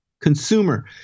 Consumer